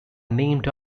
named